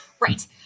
Right